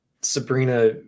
Sabrina